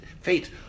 fate